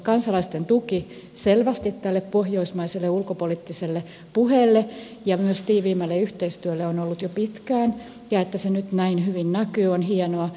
kansalaisten tuki selvästi tälle pohjoismaiselle ulkopoliittiselle puheelle ja myös tiiviimmälle yhteistyölle on ollut jo pitkään ja se että se nyt näin hyvin näkyy on hienoa